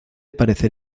parecer